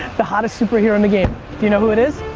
the hottest super hero in the game. do you know who it is?